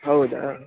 ಹೌದಾ